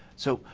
so,